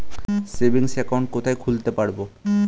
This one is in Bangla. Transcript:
সেভিংস অ্যাকাউন্ট কোথায় খুলতে পারব?